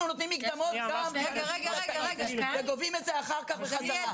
נותנים מקדמות --- וגובים את זה אחר כך בחזרה.